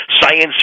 Science